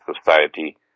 society